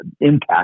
impact